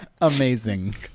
Amazing